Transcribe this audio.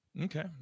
Okay